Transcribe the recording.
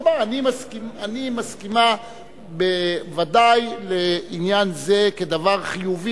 תאמר: אני מסכימה בוודאי לעניין זה כדבר חיובי